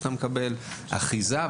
שבו אתה מקבל אחיזה,